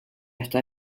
esta